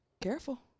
careful